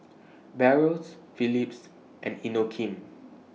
Barrel Phillips and Inokim